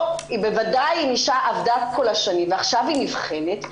או בוודאי אם אישה עבדה כל השנים ועכשיו היא נבחנת,